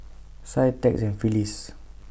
Sie Tex and Phyliss